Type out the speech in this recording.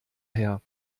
her